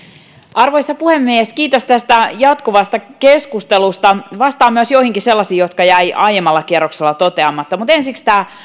arvoisa puhemies kiitos tästä jatkuvasta keskustelusta vastaan myös joihinkin sellaisiin kysymyksiin jotka jäivät aiemmalla kierroksella toteamatta ensiksi tämä